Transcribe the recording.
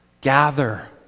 Gather